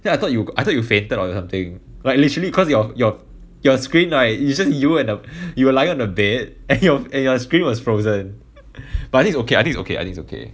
then I thought you I thought you fainted or something like literally cause your your your screen like is just you and you were lying on the bed and your and your screen was frozen but I think it's okay I think okay I think is okay